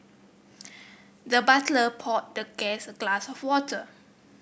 the butler poured the guest a glass of water